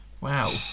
Wow